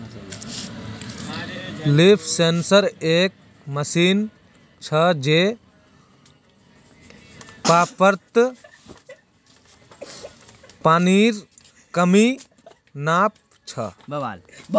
leaf sensor एक machine छ जे पत्तात पानीर कमी नाप छ